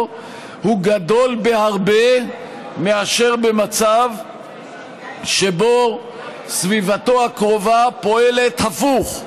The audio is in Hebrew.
גדול בהרבה מאשר במצב שבו סביבתו הקרובה פועלת הפוך,